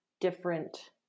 different